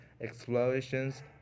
explorations